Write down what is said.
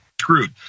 screwed